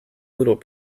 little